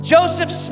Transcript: Joseph